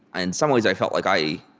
and some ways, i felt like i